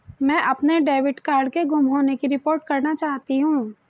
मैं अपने debit card के गुम होने की रिपोर्ट करना चाहती हूँ